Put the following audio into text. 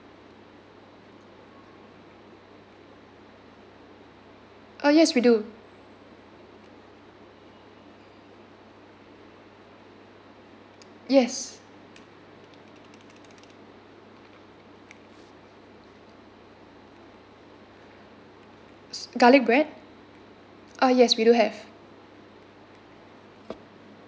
uh yes we do yes s~ garlic bread uh yes we do have